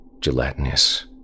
gelatinous